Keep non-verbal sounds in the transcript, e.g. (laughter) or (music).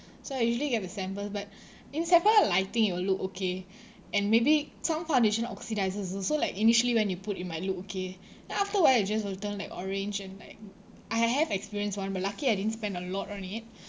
so I usually get the samples but (breath) in sephora lighting you will look okay (breath) and maybe some foundation oxidises also like initially when you put it might look okay (breath) then after awhile it just will turn like orange and like I have experienced one but luckily I didn't spend a lot on it